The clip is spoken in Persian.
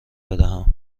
بدهم